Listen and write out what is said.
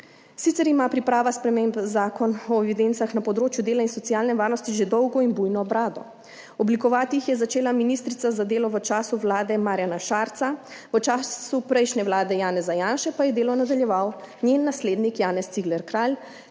Sicer ima priprava sprememb zakona o evidencah na področju dela in socialne varnosti že dolgo in bujno brado. Oblikovati jih je začela ministrica za delo v času vlade Marjana Šarca, v času prejšnje vlade Janeza Janše pa je delo nadaljeval njen naslednik Janez Cigler Kralj,